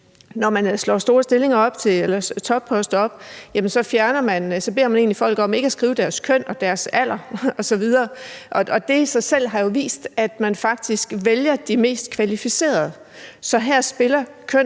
når man slår topposter op, så beder man egentlig folk om ikke at skrive deres køn og deres alder osv. Det i sig selv har jo vist, at man faktisk vælger de mest kvalificerede. Så her spiller køn